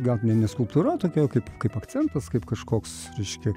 gal ne ne skulptūra tokia kaip kaip akcentas kaip kažkoks reiškia